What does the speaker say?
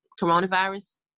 coronavirus